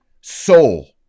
soul